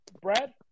Brad